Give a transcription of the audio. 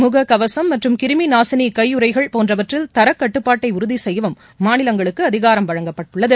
முகக்கவசும் மற்றும் கிருமிநாசினி கையுறைகள் போன்றவற்றில் தரக்கட்டுப்பாட்டை உறுதி செய்யவும் மாநிலங்களுக்கு அதிகாரம் வழங்கப்பட்டுள்ளது